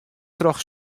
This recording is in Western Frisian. troch